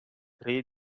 tre